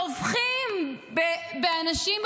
טובחים באנשים,